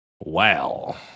Wow